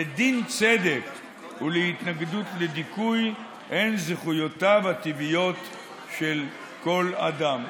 לדין צדק ולהתנגדות לדיכוי הן זכויותיו הטבעיות של כל אדם.